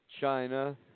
China